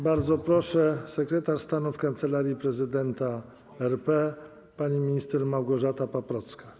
Bardzo proszę, sekretarz stanu w Kancelarii Prezydenta RP pani minister Małgorzata Paprocka.